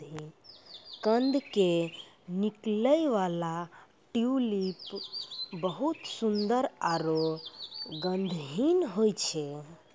कंद के निकलै वाला ट्यूलिप बहुत सुंदर आरो गंधहीन होय छै